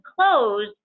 close